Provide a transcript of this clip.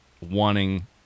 wanting